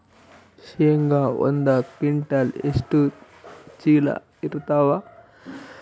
ಶೇಂಗಾ ಒಂದ ಕ್ವಿಂಟಾಲ್ ಎಷ್ಟ ಚೀಲ ಎರತ್ತಾವಾ?